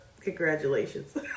congratulations